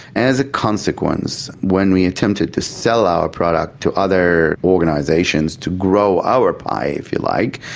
as a consequence, when we attempted to sell our product to other organisations, to grow our pie, if you like,